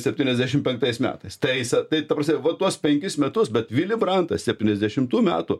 septyniasdešimt penktais metais tai jis tai ta prasme va tuos penkis metus bet vili brantas septyniasdešimtų metų